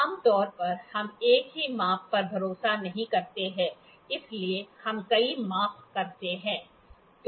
आम तौर पर हम एक ही माप पर भरोसा नहीं करते हैं इसलिए हम कई माप करते हैं